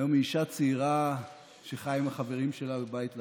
היום היא אישה צעירה שחיה עם החברים שלה בבית לחיים.